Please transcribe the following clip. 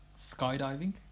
skydiving